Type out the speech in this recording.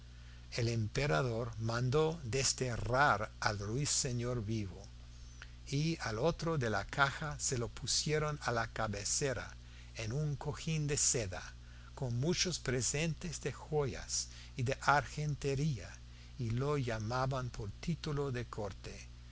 el emperador mandó desterrar al ruiseñor vivo y al otro de la caja se lo pusieron a la cabecera en un cojín de seda con muchos presentes de joyas y de argentería y lo llamaban por título de corte